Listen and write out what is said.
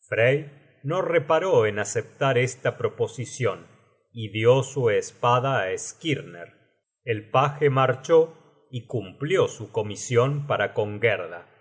no reparó en aceptar esta proposicion y dió su espada á skirner el paje marchó y cumplió su comision para